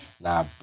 nah